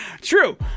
True